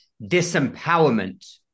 disempowerment